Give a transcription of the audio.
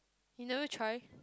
you never try